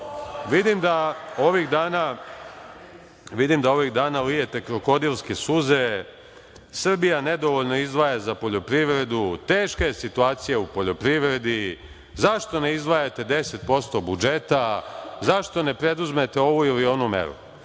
vidim da ovih dana lijete krokodilske suze, Srbija nedovoljno izdvaja za poljoprivredu, teška je situacija u poljoprivredi, zašto ne izdvajate 10% budžeta, zašto ne preduzmete ovu ili onu meru?